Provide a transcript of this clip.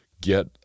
get